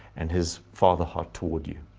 and his father heart toward you.